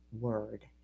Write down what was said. word